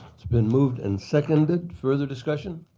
it's been moved and seconded. further discussion?